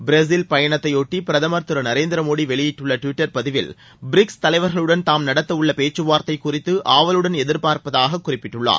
Brazil பயணத்தையொட்டி பிரதமர் திரு நரேந்திரமோடி வெளியிட்டுள்ள டுவிட்டர் பதிவில் பிரிக்ஸ் தலைவர்களுடன் தாம் நடத்த உள்ள பேச்சுவார்த்தை குறித்து ஆவலுடன் எதிர்பார்ப்பதாக குறிப்பிட்டுள்ளார்